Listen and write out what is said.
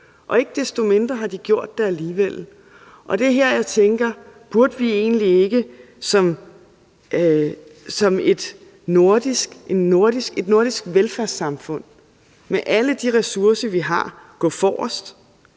Ikke desto mindre har de gjort det alligevel. Det er her, jeg tænker: Burde vi egentlig ikke som et nordisk velfærdssamfund med alle de ressourcer, vi har, gå forrest